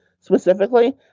specifically